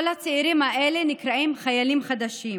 כן, כל הצעירים האלה נקראים "חיילים חדשים".